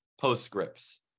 postscripts